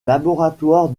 laboratoire